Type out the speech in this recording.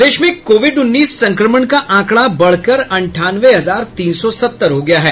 प्रदेश में कोविड उन्नीस संक्रमण का आंकड़ा बढ़कर अंठानवे हजार तीन सौ सत्तर हो गया है